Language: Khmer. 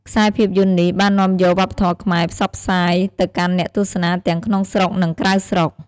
ខ្សែរភាពយន្តនេះបាននាំយក វប្បធម៌ខ្មែរផ្សព្វផ្សាយទៅកាន់អ្នកទស្សនាទាំងក្នុងស្រុក និងក្រៅស្រុក ។